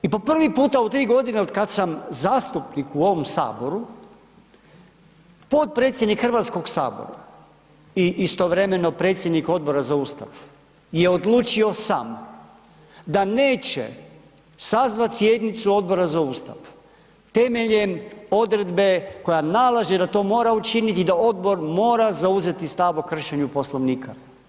I po prvi puta u 3 godine otkad sam zastupnik u HS-u potpredsjednik HS-a i istovremeno predsjednik Odbora za Ustav je odlučio sam da neće sazvati sjednicu Odbora za Ustav temeljem odredbe koja nalaže da to mora učiniti, da odbor mora zauzeti stav o kršenju Poslovnika.